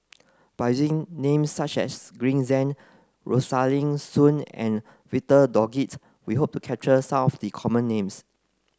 by names such as Green Zeng Rosaline Soon and Victor Doggett we hope to capture some of the common names